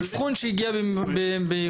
אבחון שהגיע באיחור?